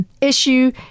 issue